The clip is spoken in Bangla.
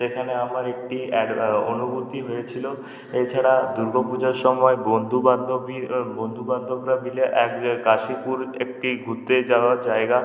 সেখানে আমার একটি অনুভূতি হয়েছিল এছাড়া দুর্গা পূজার সময় বন্ধুবান্ধব নিয়ে বন্ধুবান্ধবরা মিলে এক কাশীপুর একটি ঘুরতে যাওয়ার জায়গা